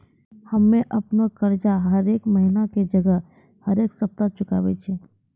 हम्मे अपनो कर्जा हरेक महिना के जगह हरेक सप्ताह चुकाबै छियै